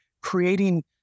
creating